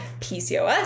PCOS